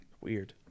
Weird